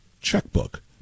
checkbook